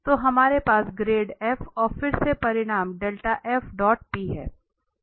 तो हमारे पास ग्रेड f और फिर से परिमाण है